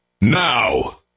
now